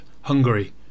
Hungary